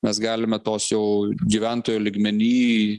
mes galime tos jau gyventojo lygmeny